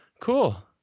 cool